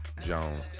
Jones